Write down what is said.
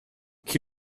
chi